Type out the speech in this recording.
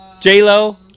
J-Lo